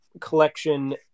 collection